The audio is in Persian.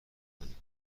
کنیم